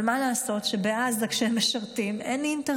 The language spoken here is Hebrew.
אבל מה לעשות שבעזה, כשהם משרתים, אין אינטרנט,